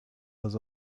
was